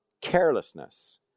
carelessness